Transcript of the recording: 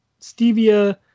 stevia